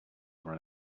were